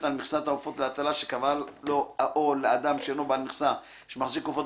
על מכסת העופות להטלה שקבעה לו או לאדם שאינו בעל מכסה שמחזיק עופות